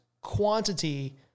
quantity